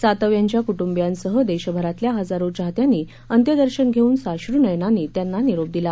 सातव यांच्या कुटुंबियांसह देशभरातल्या हजारो चाहत्यांनी अंत्यदर्शन धेऊन साश्रूनयनांनी त्यांना निरोप दिला